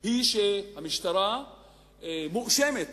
היא שהמשטרה מואשמת